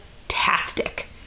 fantastic